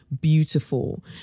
beautiful